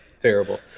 terrible